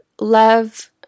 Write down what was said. Love